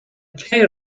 chair